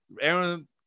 Aaron